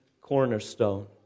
cornerstone